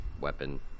weapon